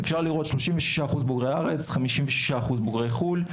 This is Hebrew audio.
אפשר לראות ש-36% בוגרי הארץ ו-56% בוגרי חו"ל,